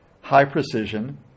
high-precision